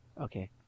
Okay